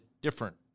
different